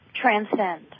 transcend